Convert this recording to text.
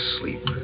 sleep